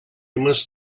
must